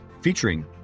featuring